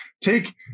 Take